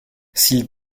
s’ils